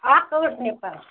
اَکھ ٲنٹھ نِپَل